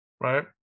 right